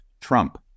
Trump